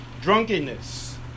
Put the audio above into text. drunkenness